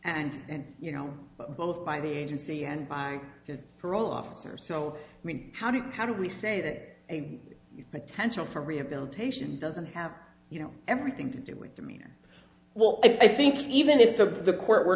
and you know both by the agency and by his parole officer so i mean how do you how do we say that a potential for rehabilitation doesn't have you know everything to do with demeanor well i think even if the court were